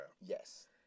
Yes